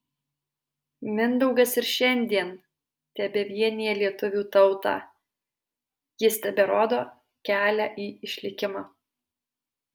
mindaugas ir šiandien tebevienija lietuvių tautą jis teberodo kelią į išlikimą